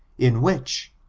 in which,